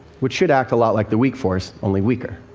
which should act a lot like the weak force, only weaker.